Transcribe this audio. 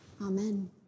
Amen